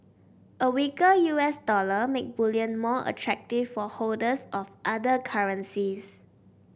a weaker U S dollar make bullion more attractive for holders of other currencies